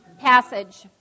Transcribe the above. passage